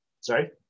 Sorry